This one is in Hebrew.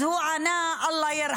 הוא ענה: הוחזרו, אללה ירחמו.